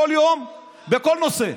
בכל יום ובכל נושא,